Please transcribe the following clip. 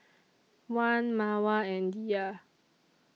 Wan Mawar and Dhia